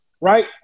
right